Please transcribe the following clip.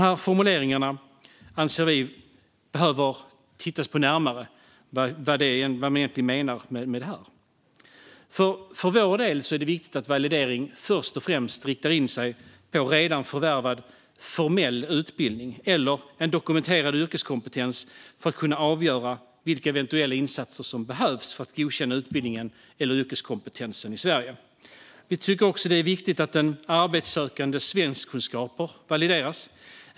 Vi anser att det behöver tittas närmare på vad som egentligen menas med dessa formuleringar. För vår del är det nämligen viktigt att validering först och främst riktar in sig på redan förvärvad formell utbildning eller dokumenterad yrkeskompetens så att det kan avgöras vilka eventuella insatser som behövs för att utbildningen eller yrkeskompetensen ska kunna godkännas i Sverige. Vi tycker också att det är viktigt att en arbetssökandes svenskkunskaper valideras.